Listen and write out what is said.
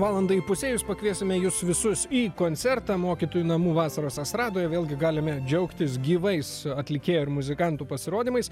valandai įpusėjus pakviesime jus visus į koncertą mokytojų namų vasaros estradoj vėlgi galime džiaugtis gyvais atlikėjų ir muzikantų pasirodymais